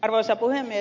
arvoisa puhemies